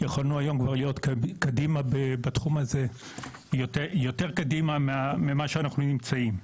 יכולנו היום כבר להיות יותר קדימה בתחום הזה יותר ממה שאנחנו נמצאים.